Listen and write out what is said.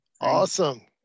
Awesome